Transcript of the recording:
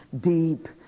deep